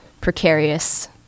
precarious